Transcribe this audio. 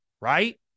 right